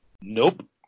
Nope